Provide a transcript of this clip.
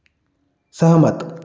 सहमत